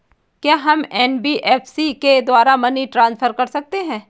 क्या हम एन.बी.एफ.सी के द्वारा मनी ट्रांसफर कर सकते हैं?